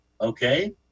okay